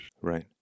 right